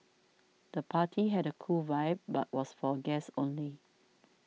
the party had a cool vibe but was for guests only